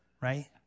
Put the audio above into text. right